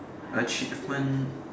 achievement